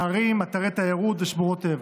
לערים, אתרי תיירות ושמורות טבע.